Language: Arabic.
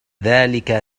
ذلك